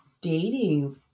dating